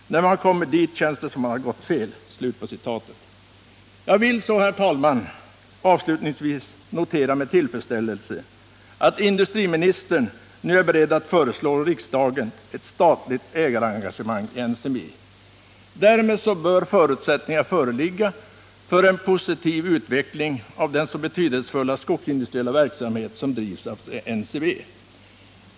När man kommer dit känns det som man gått fel.” Jag vill, herr talman, avslutningsvis med tillfredsställelse notera att industriministern nu är beredd att föreslå riksdagen ett statligt ägarengage mang i NCB. Därmed bör förutsättningar föreligga för en positiv utveckling av den så betydelsefulla skogsindustriella verksamhet som drivs av NCB.